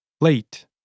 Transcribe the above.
Late